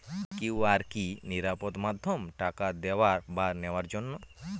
QR কি নিরাপদ মাধ্যম টাকা দেওয়া বা নেওয়ার জন্য?